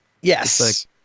yes